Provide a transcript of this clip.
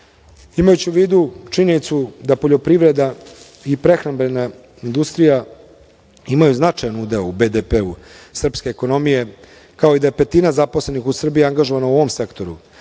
u vidu činjenicu da poljoprivreda i prehrambena industrija imaju značajan udeo u BDP-u srpske ekonomije, kao i da je petina zaposlenih u Srbiji angažovana u ovom sektoru,